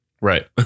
Right